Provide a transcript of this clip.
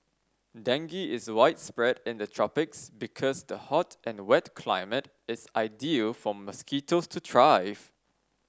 dengue is widespread in the tropics because the hot and wet climate is ideal for mosquitoes to thrive